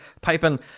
piping